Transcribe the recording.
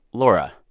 laura,